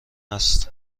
است